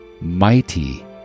mighty